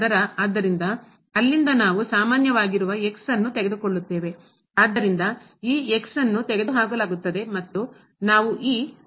ಆದ್ದರಿಂದ ಅಲ್ಲಿಂದ ನಾವು ಸಾಮಾನ್ಯವಾಗಿರುವ ತೆಗೆದುಕೊಳ್ಳುತ್ತೇವೆ ಆದ್ದರಿಂದ ಈ ಅನ್ನು ತೆಗೆದುಹಾಕಲಾಗುತ್ತದೆ ಮತ್ತು ನಾವು ಈ ಅನ್ನು ಹೊಂದುತ್ತೇವೆ